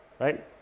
right